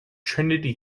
trinity